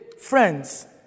Friends